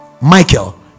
Michael